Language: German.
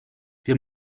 wir